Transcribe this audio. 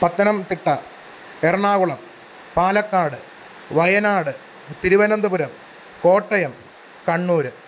Pathanamthitta Ernakulam Palakkad Wayanad Thiruvananthapuram Kottayam Kannur